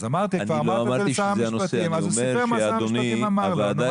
שאלתי אם הוא אמר את זה לשר המשפטים והוא סיפר מה שר המשפטים אמר לו.